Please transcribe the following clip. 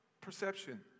perception